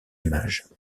images